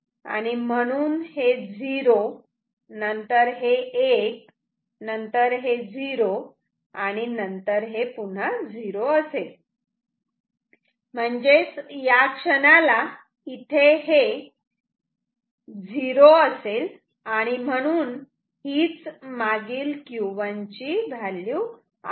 आणि म्हणून 0 नंतर 1 नंतर 0 आणि नंतर हे 0 असेल म्हणजेच या क्षणाला इथे हे 0 असे आणि म्हणूनच ही च मागील Q1 ची व्हॅल्यू आहे